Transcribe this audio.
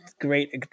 great